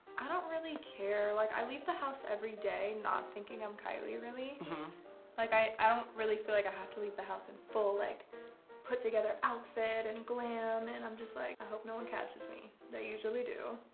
i don't really care, like i leave the house every day not thinking i'm kylie really? james mm-hmm like i i don't really feel like i have to leave the house in full, like put together outfit and glam and i'm just like, i hope no one catches me they usually do.